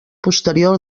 posterior